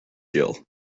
jill